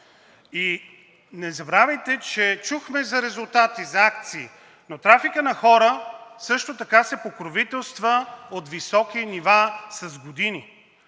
И не забравяйте, че чухме за резултати, за акции, но трафикът на хора също така се покровителства от високи нива с години.